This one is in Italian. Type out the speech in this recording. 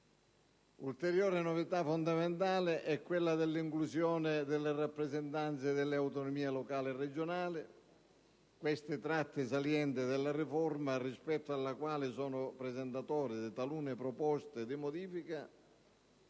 Un'ulteriore e fondamentale novità è quella dell'inclusione delle rappresentanze delle autonomie locali e regionali. Questi sono i tratti salienti della riforma, rispetto alla quale sono presentatore di talune proposte di modifica,